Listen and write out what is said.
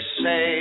say